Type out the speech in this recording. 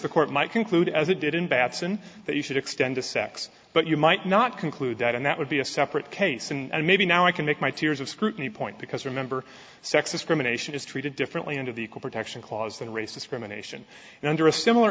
the court might conclude as it did in batson that you should extend the sex but you might not conclude that and that would be a separate case and maybe now i can make my tears of scrutiny point because remember sex discrimination is treated differently under the equal protection clause than race discrimination and under a similar